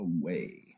away